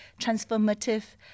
transformative